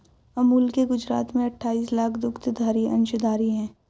अमूल के गुजरात में अठाईस लाख दुग्धधारी अंशधारी है